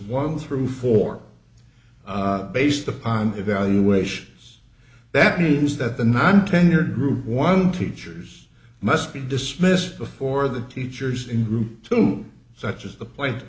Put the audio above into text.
one through four based upon evaluations that means that the non tenured group one teachers must be dismissed before the teachers in group two such as the point